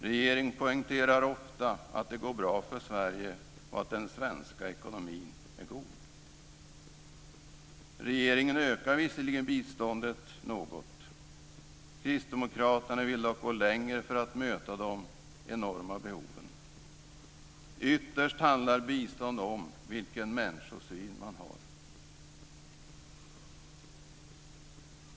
Regeringen poängterar ofta att det går bra för Sverige och att den svenska ekonomin är god. Visserligen ökar regeringen biståndet något. Kristdemokraterna vill dock gå längre för att möta de enorma behoven. Ytterst handlar bistånd om vilken människosyn man har.